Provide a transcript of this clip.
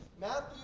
Matthew